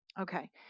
Okay